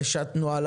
השתנו על